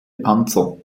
panzer